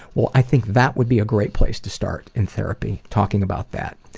well, i think that would be a great place to start in therapy, talking about that.